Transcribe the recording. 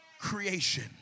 creation